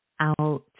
out